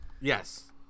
Yes